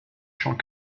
champs